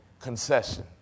concession